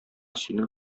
синең